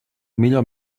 millor